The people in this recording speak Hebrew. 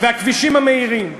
והכבישים המהירים,